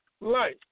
life